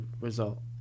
result